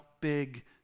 big